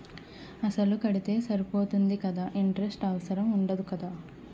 అసలు కడితే సరిపోతుంది కదా ఇంటరెస్ట్ అవసరం ఉండదు కదా?